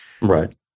right